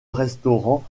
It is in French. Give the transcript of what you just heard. restaurants